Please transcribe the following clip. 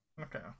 Okay